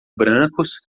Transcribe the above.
brancos